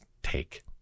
take